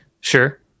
sure